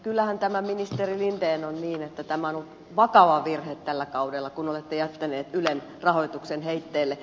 kyllähän tämä ministeri linden on niin että tämä on vakava virhe tällä kaudella kun olette jättänyt ylen rahoituksen heitteille